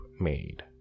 made